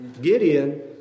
Gideon